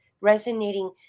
resonating